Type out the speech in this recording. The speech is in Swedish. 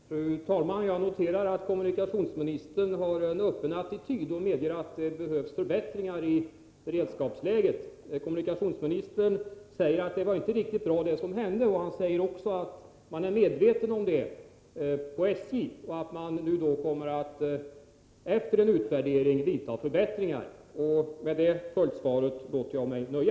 Fru talman! Jag noterar att kommunikationsministern har en öppen attityd och medger att det behövs förbättringar i beredskapsläget. Kommunikationsministern säger att det inte var riktigt bra det som hände och att man är medveten om detta på SJ och efter en utvärdering kommer att genomföra förbättringar. Med detta följdsvar låter jag mig nöja.